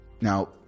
Now